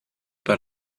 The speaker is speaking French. par